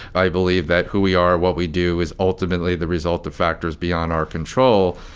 i believe that who we are, what we do is ultimately the result of factors beyond our control.